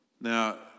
Now